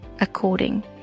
according